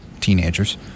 teenagers